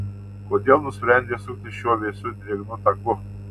kodėl nusprendei sukti šiuo vėsiu drėgnu taku